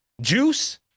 Juice